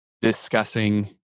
discussing